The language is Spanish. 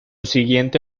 siguiente